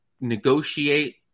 negotiate